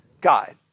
God